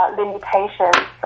limitations